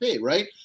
right